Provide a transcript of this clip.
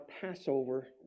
Passover